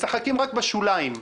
משחקים רק בשוליים.